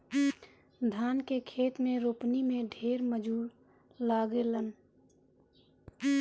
धान के खेत में रोपनी में ढेर मजूर लागेलन